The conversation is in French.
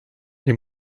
les